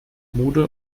kommode